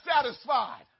satisfied